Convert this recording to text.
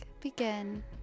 begin